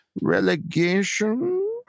relegation